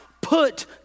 put